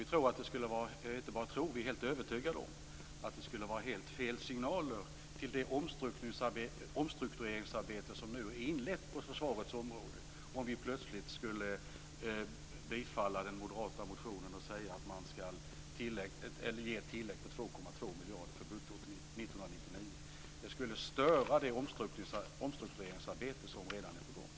Vi inte bara tror utan är helt övertygade om att det skulle vara helt fel signaler till det omstruktureringsarbete som nu är inlett på försvarets område om vi plötsligt skulle bifalla den moderata motionen och ge ett tillägg på 2,2 miljarder för budgetåret 1999. Det skulle störa det omstruktureringsarbete som redan är på gång.